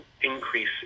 increase